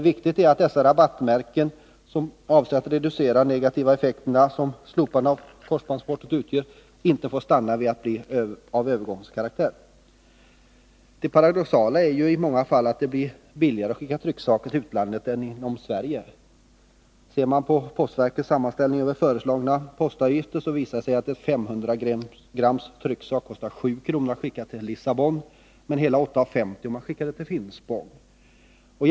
Viktigt är dock att dessa rabattmärken, som avser att reducera de negativa effekter som slopandet av korsbandsportot utgör, inte får bli av övergångskaraktär. Det paradoxala är att det i många fall blir billigare att skicka tr ker till utlandet än inom Sverige. Ser man på postverkets sammanställning över föreslagna postavgifter finner man att det kostar 7 kr. att skicka en 500 grams trycksak till Lissabon men hela 8:50 kr. att skicka den till Finspång.